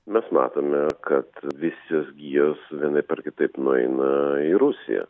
mes matome kad visos gijos vienaip ar kitaip nueina į rusiją